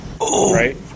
Right